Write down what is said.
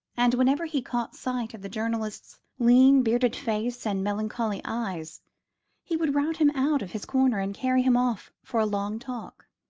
and whenever he caught sight of the journalist's lean bearded face and melancholy eyes he would rout him out of his corner and carry him off for a long talk.